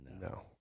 No